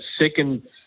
second